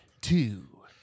Two